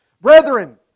Brethren